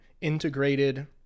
integrated